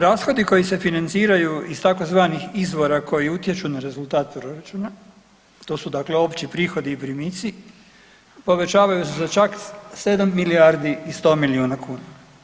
Rashodi koji se financiraju iz tzv. izvora koji utječu na rezultat proračuna, to su dakle opći prihodi i primici, povećavaju se za čak 7 milijardi i 100 milijuna kuna.